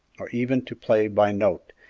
or even to play by note,